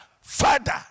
father